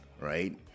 right